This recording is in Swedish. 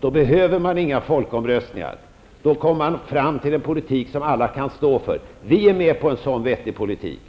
Då behöver man inga folkomröstningar. Då kommer man fram till en politik som alla kan stå för. Vi är med på en sådan vettig politik.